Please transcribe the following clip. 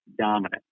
dominant